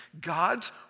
God's